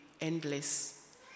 endless